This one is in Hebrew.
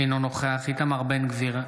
אינו נוכח איתמר בן גביר,